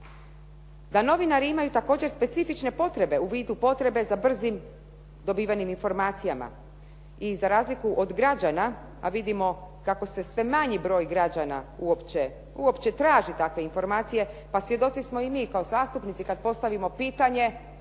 da novinari imaju također specifične potrebe u vidu potrebe za brzim dobivenim informacijama i za razliku od građana, a vidimo kako se sve manji broj građana uopće traži takve informacije. Pa svjedoci smo i mi kao zastupnici kad postavimo pitanje,